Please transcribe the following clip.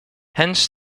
hence